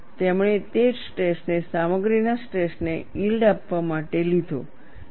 તેમણે તે સ્ટ્રેસને સામગ્રીના સ્ટ્રેસને યીલ્ડ આપવા માટે લીધો